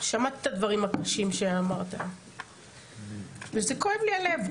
שמעתי את הדברים הקשים שאמרת וכואב לי הלב.